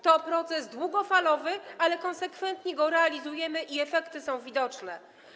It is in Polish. To proces długofalowy, ale konsekwentnie go realizujemy i efekty są widoczne.